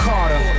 Carter